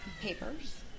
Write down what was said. Papers